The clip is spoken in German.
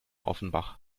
offenbach